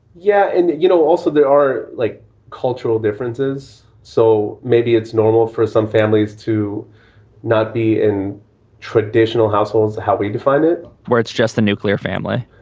yeah. you know, also there are like cultural differences. so maybe it's normal for some families to not be in traditional households how we define it where it's just the nuclear family.